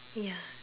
ya